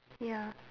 ya